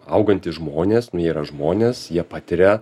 augantys žmonės nėra žmonės jie patiria